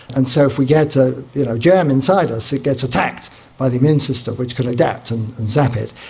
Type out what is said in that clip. and so if we get a you know germ inside us it gets attacked by the immune system which can adapt and zap it.